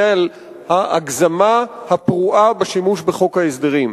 על ההגזמה הפרועה בשימוש בחוק ההסדרים.